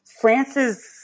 France's